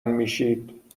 میشید